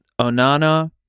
Onana